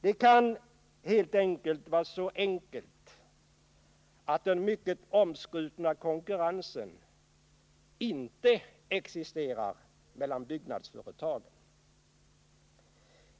Det kan helt enkelt vara på det sättet att den mycket omskrutna konkurrensen inte existerar mellan byggnadsföretag.